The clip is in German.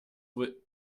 wohl